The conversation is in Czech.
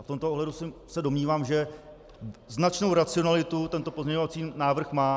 V tomto ohledu se domnívám, že značnou racionalitu tento pozměňovací návrh má.